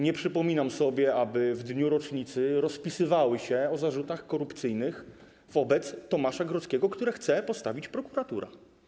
Nie przypominam sobie, aby w dniu rocznicy rozpisywały się o zarzutach korupcyjnych wobec Tomasza Grodzkiego, które chce postawić prokuratura.